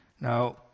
Now